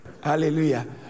Hallelujah